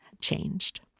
changed